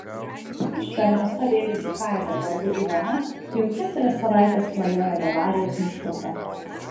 iš fermos pabėgusi karvė vardu ivona jau keturias savaites klajoja bavarijos miškuose